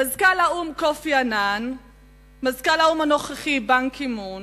מזכ"ל האו"ם קופי אנאן ומזכ"ל האו"ם הנוכחי באן קי מון